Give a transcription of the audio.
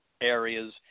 areas